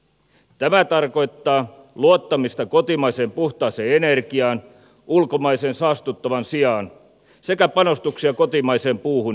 tämä tarkoittaa luottamista kotimaiseen puhtaaseen energiaan ulkomaisen saastuttavan sijaan sekä panostuksia kotimaiseen puuhun ja ruokaan